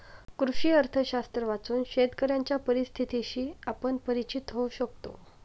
कृषी अर्थशास्त्र वाचून शेतकऱ्यांच्या परिस्थितीशी आपण परिचित होऊ शकतो